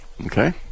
okay